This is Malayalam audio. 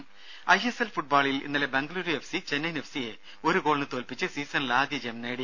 ദേദ ഐ എസ് എൽ ഫുട്ബോളിൽ ഇന്നലെ Bengaluru F C Chennaiyin F സിയെ ഒരു ഗോളിന് തോൽപ്പിച്ച് സീസണിലെ ആദ്യജയം നേടി